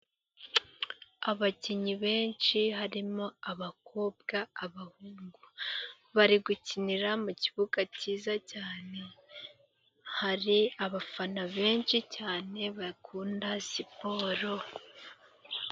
Abakinnyi benshi harimo abakobwa abahungu, bari gukinira mu kibuga cyiza cyane hari abafana benshi cyane bakunda siporo.